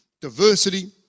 diversity